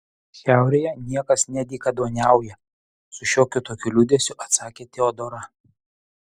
šiaurėje niekas nedykaduoniauja su šiokiu tokiu liūdesiu atsakė teodora